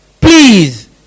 Please